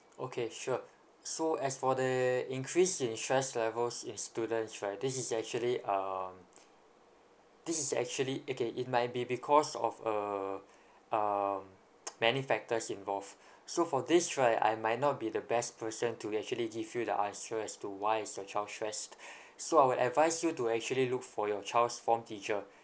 okay sure so as for the increase in stress levels in students right this is actually um this is actually okay it might be because of uh um many factors involved so for this right I might not be the best person to actually give you the answer as to why is your child stressed so I will advise you to actually look for your child's form teacher